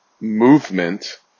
movement